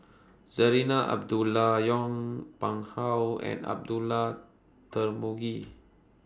Zarinah Abdullah Yong Pung How and Abdullah Tarmugi